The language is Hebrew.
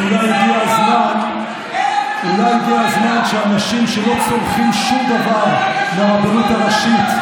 אז אולי הגיע הזמן שאנשים שלא צורכים שום דבר מהרבנות הראשית,